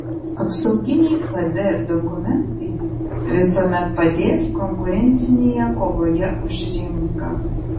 apsauginiai pd dokumentai visuomet padės konkurencinėje kovoje už rinką